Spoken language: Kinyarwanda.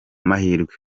mahirwe